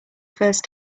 first